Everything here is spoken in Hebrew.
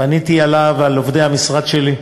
פניתי אליו על עובדי המשרד שלי,